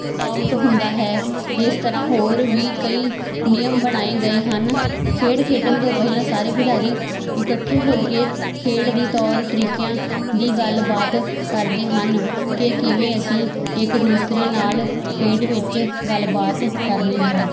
out ਹੁੰਦਾ ਹੈ ਇਸ ਤਰ੍ਹਾਂ ਹੋਰ ਵੀ ਕਈ ਨਿਯਮ ਬਣਾਏ ਗਏ ਹਨ ਖੇਡ ਖੇਡਣ ਤੋਂ ਪਹਿਲਾਂ ਸਾਰੇ ਖਿਡਾਰੀ ਇਕੱਠੇ ਹੋ ਕੇ ਖੇਡ ਦੀ ਤੌਰ ਤਰੀਕਿਆਂ ਦੀ ਗੱਲਬਾਤ ਕਰਦੇ ਹਨ ਕਿ ਕਿਵੇਂ ਅਸੀਂ ਇੱਕ ਦੂਸਰੇ ਨਾਲ ਖੇਡ ਵਿੱਚ ਗੱਲਬਾਤ ਕਰਨੀ ਹੈ